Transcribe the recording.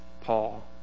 Paul